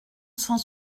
cent